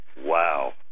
Wow